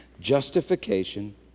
justification